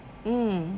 mm